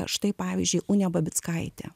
štai pavyzdžiui unė babickaitė